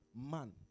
Man